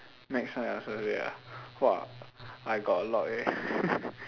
make someone else's day ah !wah! I got a lot eh